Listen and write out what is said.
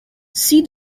see